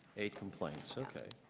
eight complaints okay.